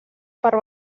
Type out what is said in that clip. per